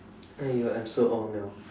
!aiyo! I'm so old now